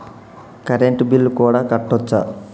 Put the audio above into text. Current bill కూడా కట్టొచ్చా?